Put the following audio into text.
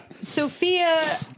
Sophia